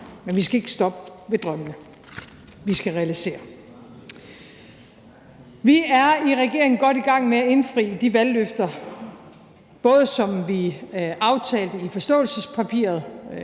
Men vi skal ikke stoppe ved drømmene. Vi skal realisere. Vi er i regeringen godt i gang med at indfri de valgløfter, både som vi aftalte i forståelsespapiret,